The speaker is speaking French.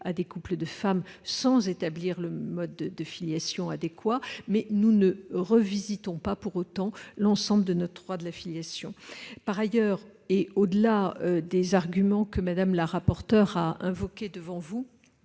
à des couples de femmes sans établir de mode de filiation adéquat. Cependant, nous ne revisitons pas l'ensemble de notre droit de la filiation. Par ailleurs, outre les arguments que Mme la rapporteure a invoqués,